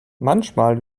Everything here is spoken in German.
manchmal